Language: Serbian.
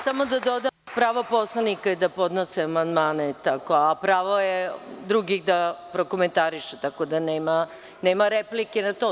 Samo da dodam, pravo poslanika je da podnose amandmane, a pravo je drugih da prokomentarišu, tako da nema replike na to.